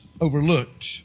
overlooked